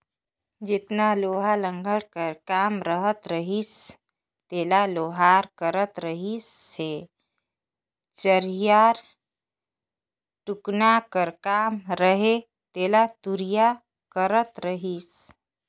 जेतना लोहा लाघड़ कर काम रहत रहिस तेला लोहार करत रहिसए चरहियाए टुकना कर काम रहें तेला तुरिया करत रहिस